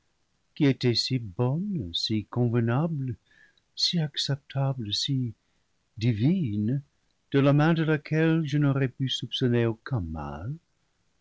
qui était si bonne si convenable si acceptable si divine de la main de laquelle je n'aurais pu soupçonner aucun mal